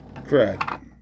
Correct